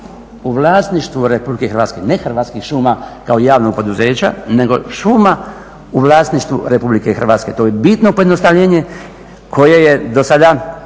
u vlasništvu Republike Hrvatske, ne Hrvatskih šuma kao javnog poduzeća nego šuma u vlasništvu Republike Hrvatske. To je bitno pojednostavljenje koje je dosada